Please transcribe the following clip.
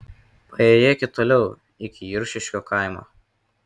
paėjėkit toliau iki juršiškių kaimo